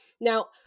Now